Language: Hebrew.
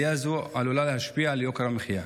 עלייה זו עלולה להשפיע על יוקר המחיה.